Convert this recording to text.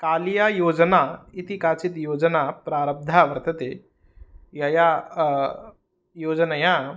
कालीयायोजना इति काचित् योजना प्रारब्धा वर्तते यया योजनया